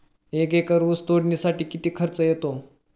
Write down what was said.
एक एकर ऊस तोडणीसाठी किती खर्च येतो?